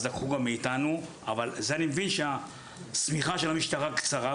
אז לקחו גם מאיתנו; אבל אני מבין שהשמיכה של המשטרה קצרה,